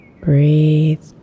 Breathe